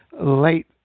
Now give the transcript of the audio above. late